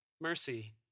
Mercy